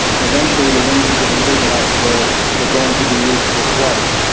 and eventually the wings are getting big enough, they are are going to be used for flight.